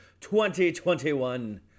2021